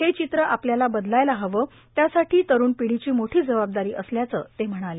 हे चित्र आपल्याला बदलायला हवे त्यासाठी तरुण पिढीची मोठी जबाबदारी असल्याचं ते म्हणाले